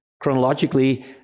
Chronologically